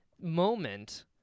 moment